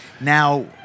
Now